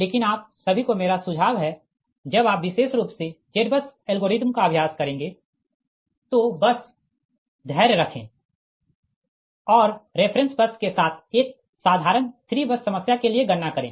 लेकिन आप सभी को मेरा सुझाव है जब आप विशेष रूप से ZBUS एल्गोरिदम का अभ्यास करेंगे तो बस धैर्य रखें और रेफ़रेंस बस के साथ एक साधारण 3 बस समस्या के लिए गणना करें